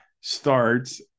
starts